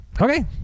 okay